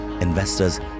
investors